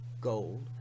gold